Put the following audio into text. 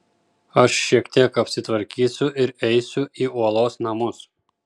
aš šiek tiek apsitvarkysiu ir eisiu į uolos namus